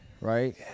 Right